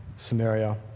Samaria